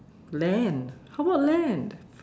land how about land